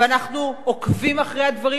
ואנחנו עוקבים אחרי הדברים.